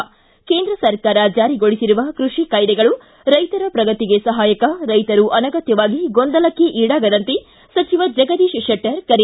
್ಟಿ ಕೇಂದ್ರ ಸರ್ಕಾರ ಜಾರಿಗೊಳಿಸಿರುವ ಕೃಷಿ ಕಾಯ್ಲೆಗಳು ರೈತರ ಪ್ರಗತಿಗೆ ಸಹಾಯಕ ರೈತರು ಅನಗತ್ತವಾಗಿ ಗೊಂದಲಕ್ಕೆ ಇಡಾಗದಂತೆ ಸಚಿವ ಜಗದೀಶ ಶೆಟ್ಟರ್ ಕರೆ